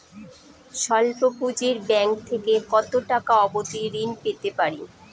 স্বল্প পুঁজির ব্যাংক থেকে কত টাকা অবধি ঋণ পেতে পারি?